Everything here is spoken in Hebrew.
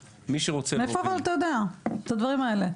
מאיפה אתה יודע את הדברים האלה?